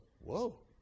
whoa